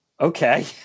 Okay